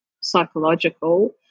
psychological